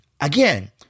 again